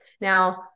Now